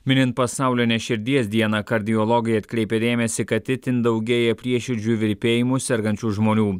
minint pasaulinę širdies dieną kardiologai atkreipia dėmesį kad itin daugėja prieširdžių virpėjimu sergančių žmonių